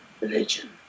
Religion